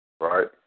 Right